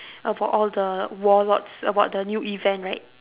about all the warlords about the new event right